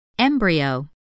Embryo